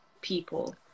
people